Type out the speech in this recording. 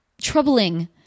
troubling